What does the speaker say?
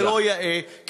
זה לא יאה, תודה.